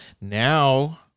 Now